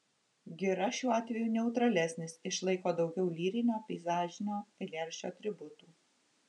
gira šiuo atveju neutralesnis išlaiko daugiau lyrinio peizažinio eilėraščio atributų